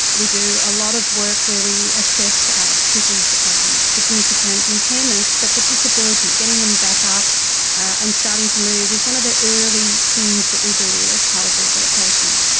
we do a lot of work where we assess ah people's um significant impairments, but the disability, getting them back up and starting to move is one of the early things that we do as part of rehabilitation.